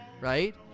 right